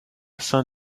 saint